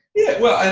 yeah, well,